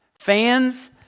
Fans